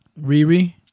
Riri